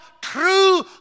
true